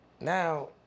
now